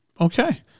okay